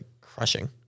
crushing